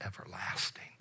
everlasting